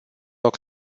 loc